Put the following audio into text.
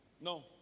no